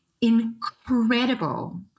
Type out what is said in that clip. incredible